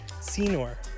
senor